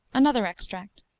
another extract